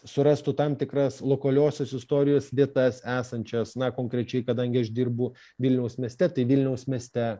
surastų tam tikras lokaliosios istorijos vietas esančias na konkrečiai kadangi aš dirbu vilniaus mieste tai vilniaus mieste